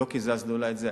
לא קיזזנו לה את זה.